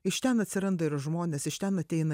iš ten atsiranda ir žmonės iš ten ateina